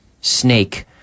Snake